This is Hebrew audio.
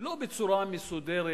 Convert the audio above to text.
לא בצורה מסודרת